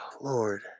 Lord